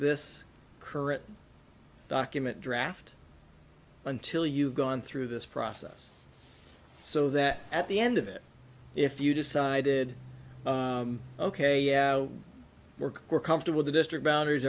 this current document draft until you've gone through this process so that at the end of it if you decided ok work we're comfortable the district boundaries